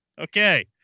Okay